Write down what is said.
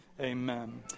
amen